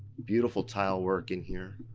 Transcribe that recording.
beautiful tile work in here.